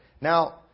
Now